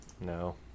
No